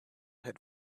had